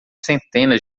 centenas